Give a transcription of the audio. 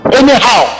anyhow